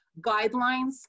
guidelines